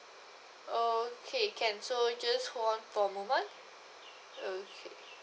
okay can so just hold on for a moment